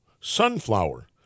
Sunflower